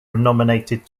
nominated